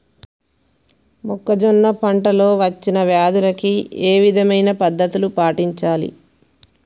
మొక్కజొన్న పంట లో వచ్చిన వ్యాధులకి ఏ విధమైన పద్ధతులు పాటించాలి?